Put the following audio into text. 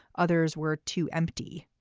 others were too empty.